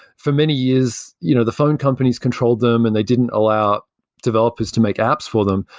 for many years you know the phone companies controlled them and they didn't allow developers to make apps for them,